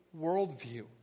worldview